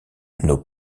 nos